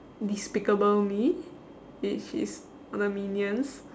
despicable me which is all the minions